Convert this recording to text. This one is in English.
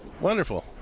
Wonderful